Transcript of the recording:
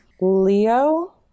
Leo